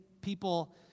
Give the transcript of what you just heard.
people